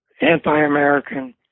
Anti-American